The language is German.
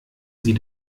sie